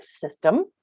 system